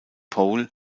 pole